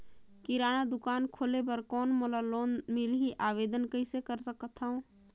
किराना दुकान खोले बर कौन मोला लोन मिलही? आवेदन कइसे कर सकथव?